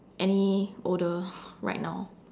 any older right now